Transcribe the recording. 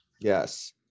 yes